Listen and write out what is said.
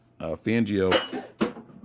Fangio